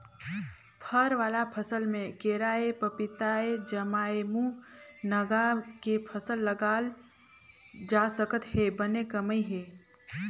फर वाला फसल में केराएपपीताएजामएमूनगा के फसल लगाल जा सकत हे बने कमई हे